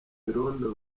irondo